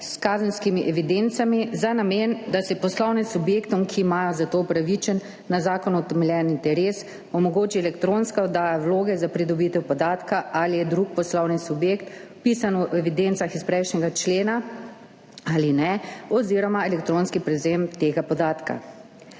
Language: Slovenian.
s kazenskimi evidencami za namen, da se poslovnim subjektom, ki imajo za to upravičen, na zakonu utemeljen interes, omogoči elektronska oddaja vloge za pridobitev podatka, ali je drug poslovni subjekt vpisan v evidencah iz prejšnjega člena ali ne, oziroma elektronski prevzem tega podatka.